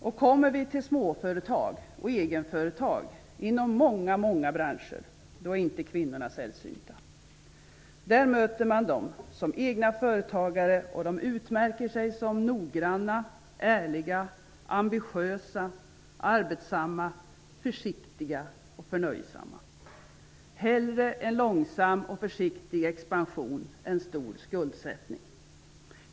I småföretag och egenföretag, och detta gäller väldigt många branscher, är kvinnorna inte sällsynta. Där möter man dem som egna företagare, och de utmärker sig som noggranna, ärliga, ambitiösa, arbetssamma, försiktiga och förnöjsamma. Hellre en långsam och försiktig expansion än stor skuldsättning.